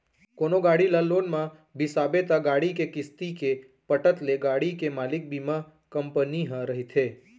कोनो गाड़ी ल लोन म बिसाबे त गाड़ी के किस्ती के पटत ले गाड़ी के मालिक बीमा कंपनी ह रहिथे